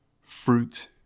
fruit